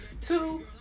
two